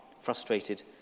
frustrated